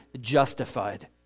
justified